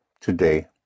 today